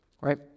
right